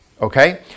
okay